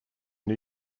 new